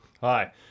Hi